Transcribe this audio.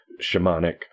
shamanic